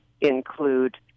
include